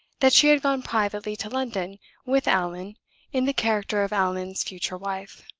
that she had gone privately to london with allan in the character of allan's future wife.